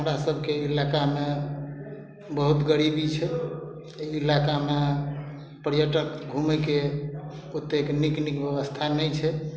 हमरा सबके इलाकामे बहुत गरीबी छै अइ इलाकामे पर्यटक घुमयके ओतेक नीक नीक व्यवस्था नहि छै